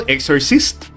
Exorcist